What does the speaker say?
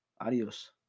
Adios